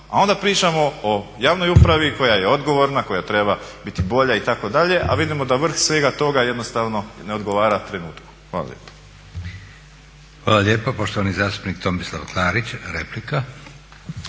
A onda pričamo o javnoj upravi koja je odgovorna, koja treba biti bolja itd. a vidimo da vrh svega toga jednostavno ne odgovara trenutku. Hvala lijepo. **Leko, Josip (SDP)** Hvala lijepo. Poštovani zastupnik Tomislav Klarić, replika.